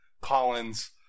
Collins